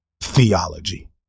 theology